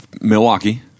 Milwaukee